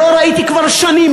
ולא ראיתי כבר שנים,